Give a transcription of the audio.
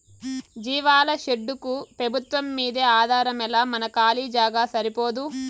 జీవాల షెడ్డుకు పెబుత్వంమ్మీదే ఆధారమేలా మన కాలీ జాగా సరిపోదూ